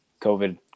COVID